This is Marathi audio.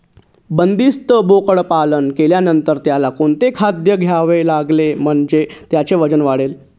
बंदिस्त बोकडपालन केल्यानंतर त्याला कोणते खाद्य द्यावे लागेल म्हणजे त्याचे वजन वाढेल?